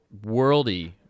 Worldy